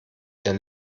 der